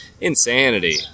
insanity